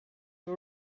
you